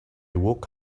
woke